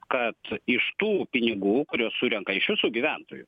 kad iš tų pinigų kuriuos surenka iš visų gyventojų